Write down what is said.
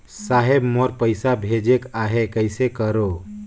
साहेब मोर पइसा भेजेक आहे, कइसे करो?